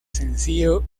sencillo